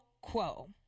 quo